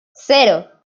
cero